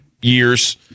years